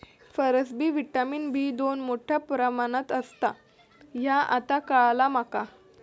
फारसबी vitamin B दोन मोठ्या प्रमाणात असता ह्या आता काळाला माका